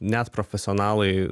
net profesionalai